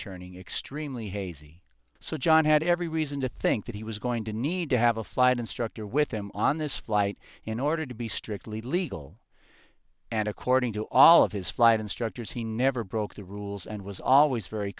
turning extremely hazy so john had every reason to think that he was going to need to have a flight instructor with him on this flight in order to be strictly legal and according to all of his flight instructors he never broke the rules and was always very